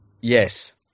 Yes